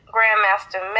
Grandmaster